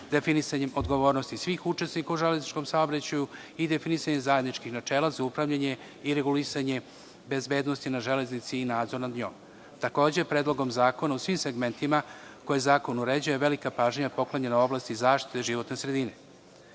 definisanjem odgovornosti svih učesnika u železničkom saobraćaju i definisanje zajedničkih načela za upravljanje i regulisanje bezbednosti na železnici i nadzor nad njom. Takođe, Predlogom zakona u svim segmentima koje zakon uređuje velika pažnja je poklonjena oblasti zaštite životne